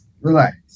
relax